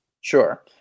Sure